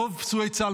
רוב פצועי צה"ל,